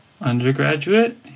undergraduate